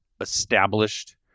established